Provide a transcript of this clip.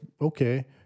okay